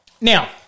Now